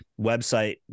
Website